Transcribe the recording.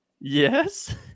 Yes